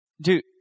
Dude